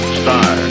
star